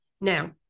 Now